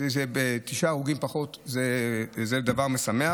תשעה הרוגים פחות זה דבר משמח.